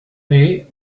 day